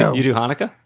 know, you do hanukkah.